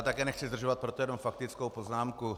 Také nechci zdržovat, proto jenom faktickou poznámku.